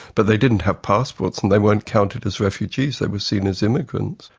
but they didn't have passports and they weren't counted as refugees, they were seen as immigrants.